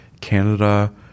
Canada